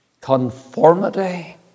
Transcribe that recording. Conformity